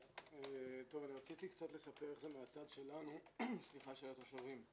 רציתי לספר איך זה מהצד שלנו, של התושבים.